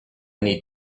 need